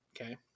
okay